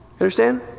understand